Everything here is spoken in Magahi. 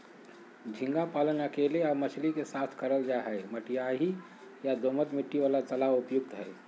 झींगा पालन अकेले या मछली के साथ करल जा हई, मटियाही या दोमट मिट्टी वाला तालाब उपयुक्त हई